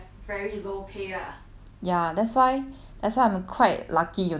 ya that's why that's why I'm quite lucky you know we are we intern in like